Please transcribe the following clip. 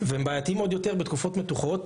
ועוד יותר בתקופות מתוחות.